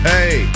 Hey